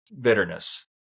bitterness